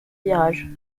virage